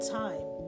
time